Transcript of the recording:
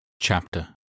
Chapter